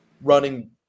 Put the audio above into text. running